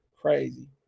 Crazy